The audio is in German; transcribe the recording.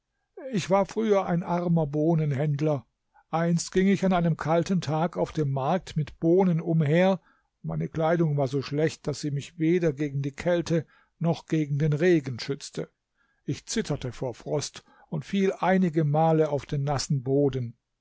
ich war früher ein armer bohnenhändler einst ging ich an einem kalten tag auf dem markt mit bohnen umher meine kleidung war so schlecht daß sie mich weder gegen die kälte noch gegen den regen schützte ich zitterte vor frost und fiel einige male auf den nassen boden